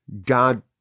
God